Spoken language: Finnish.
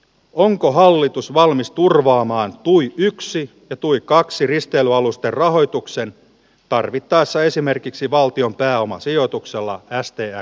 onko hallitus valmis turvaamaan luik yksi ja tui kaksi risteilyalusta rahoitukseen tarvittaessa esimerkiksi valtion pääomasijoituksella esteenä